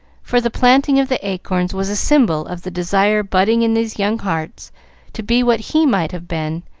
for the planting of the acorns was a symbol of the desire budding in those young hearts to be what he might have been,